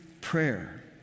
prayer